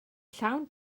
llawn